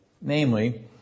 namely